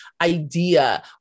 idea